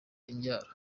imbyaro